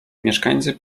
mieszkańcy